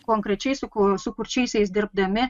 konkrečiai su kur su kurčiaisiais dirbdami